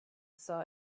saw